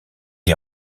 est